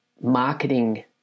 marketing